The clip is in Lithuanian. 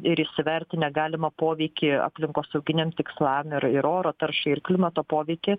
ir įsivertinę galimą poveikį aplinkosauginiam tikslam ir ir oro taršai ir klimato poveikį